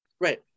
Right